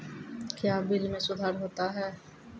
क्या बिल मे सुधार होता हैं?